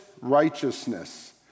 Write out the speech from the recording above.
righteousness